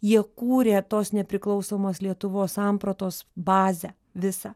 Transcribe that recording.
jie kūrė tos nepriklausomos lietuvos sampratos bazę visą